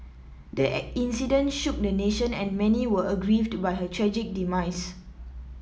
the incident shook the nation and many were aggrieved by her tragic demise